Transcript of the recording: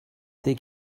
they